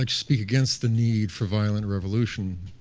like speak against the need for violent revolution.